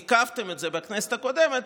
עיכבתם את זה בכנסת הקודמת,